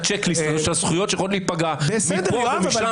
את כלל רשימת הצ'ק ליסט של הזכויות שיכולות להיפגע מפה ומשם.